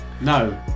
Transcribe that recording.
no